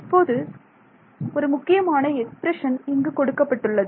இப்போது ஒரு முக்கியமான எக்ஸ்பிரஷன் இங்கு கொடுக்கப்பட்டுள்ளது